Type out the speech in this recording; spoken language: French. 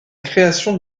création